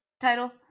title